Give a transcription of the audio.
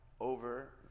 over